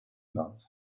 love